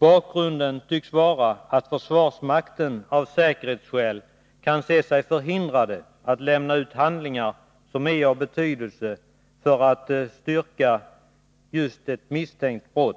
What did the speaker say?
Bakgrunden tycks vara att försvarsmakten av säkerhetsskäl kan se sig förhindrad att lämna ut handlingar som är av betydelse för att ett misstänkt brott skall kunna styrkas.